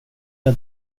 jag